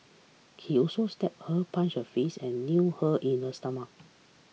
he also slapped her punched her face and kneed her in the stomach